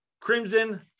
Crimson